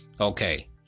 okay